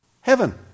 heaven